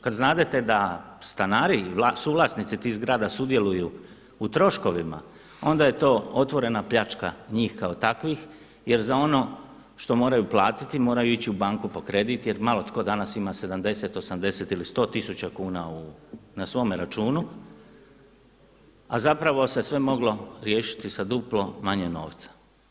Kad znadete da stanari, suvlasnici tih zgrada sudjeluju u troškovima onda je to otvorena pljačka njih kao takvih jer za ono što moraju platiti moraju ići u banku po kredit jer malo tko danas ima 70, 80 ili 100 tisuća kuna na svome računu, a zapravo se sve moglo riješiti sa duplo manje novca.